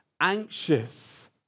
anxious